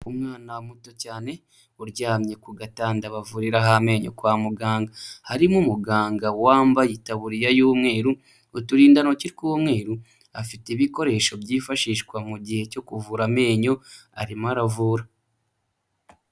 Umwana muto cyane uryamye ku gatanda bavuriraho amenyo kwa muganga, harimo umuganga wambaye itaburiya y'umweru, uturindantoki tw'umweru, afite ibikoresho byifashishwa mu gihe cyo kuvura amenyo arimo aravura.